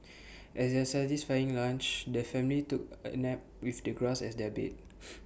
as their satisfying lunch the family took A nap with the grass as their bed